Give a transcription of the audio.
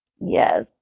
Yes